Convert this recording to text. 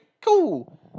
cool